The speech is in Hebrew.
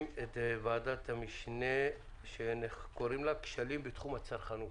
את ועדת המשנה לבחינת כשלים בתחום הצרכנות.